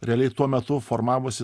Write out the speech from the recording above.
realiai tuo metu formavosi